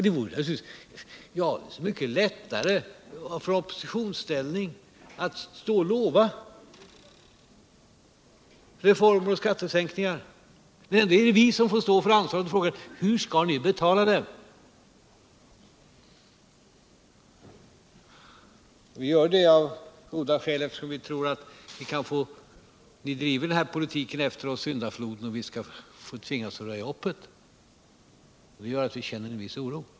Det vore naturligtvis så mycket lättare att i oppositionsställning stå och lova reformer och skattesänkningar. Men nu är det vi som får stå för ansvaret och fråga: Hur skall ni betala detta? Vi gör det av goda skäl, eftersom vi tror att ni driver politiken ”efter oss syndafloden” och att vi skall tvingas att röja upp. Det gör att vi känner en viss oro.